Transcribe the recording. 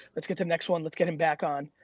let's get the next one. let's get him back on.